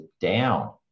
down